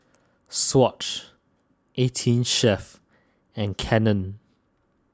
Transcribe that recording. Swatch eighteen Chef and Canon